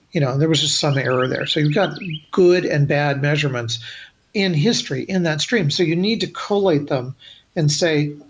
you know there were just some error there. so you got good and bad measurements in history in that stream. so you need to collate them and say,